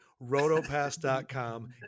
RotoPass.com